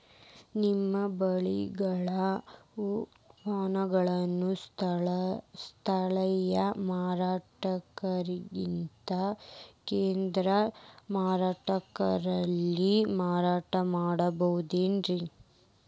ನಮ್ಮ ಬೆಳೆಗಳ ಉತ್ಪನ್ನಗಳನ್ನ ಸ್ಥಳೇಯ ಮಾರಾಟಗಾರರಿಗಿಂತ ಕೇಂದ್ರ ಮಾರುಕಟ್ಟೆಯಲ್ಲಿ ಮಾರಾಟ ಮಾಡಬಹುದೇನ್ರಿ?